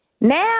Now